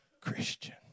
Christian